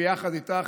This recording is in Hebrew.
ביחד איתך,